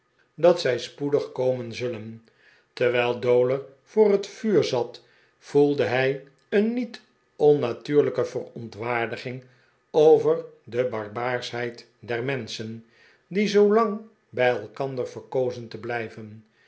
dat zij spoedig komen zullen terwijl dowler voor het vuur zat voelde hij een niet onnatuurlijke verontwaardiging over de barbaarschheid der menschen die zoolang bij elkander verkozen te blijven